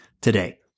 today